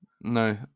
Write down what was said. no